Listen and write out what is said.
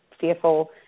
fearful